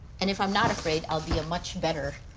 and if i'm not afraid, i'll be a much better.